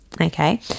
okay